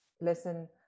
listen